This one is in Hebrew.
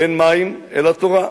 ואין מים אלא תורה".